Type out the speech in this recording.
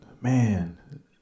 man